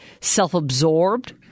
self-absorbed